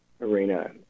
arena